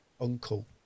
uncle